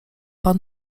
pan